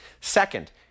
Second